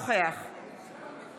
נוכח